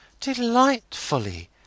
Delightfully